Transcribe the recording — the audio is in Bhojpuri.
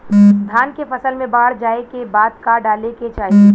धान के फ़सल मे बाढ़ जाऐं के बाद का डाले के चाही?